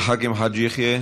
עבד אל חכים חאג' יחיא,